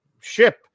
ship